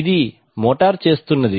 ఇది మోటారు చేస్తున్నది